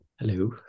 Hello